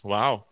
Wow